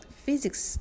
,physics